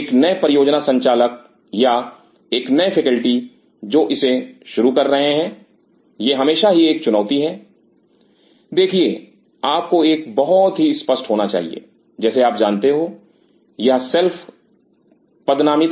एक नए परियोजना संचालक या एक नए फैकेल्टी जो इसे शुरू कर रहे हैं यह हमेशा ही एक चुनौती है देखिए आपको एक बहुत ही स्पष्ट होना चाहिए जैसे आप जानते हो यह सेल्फ पदनामित हैं